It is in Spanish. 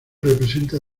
representa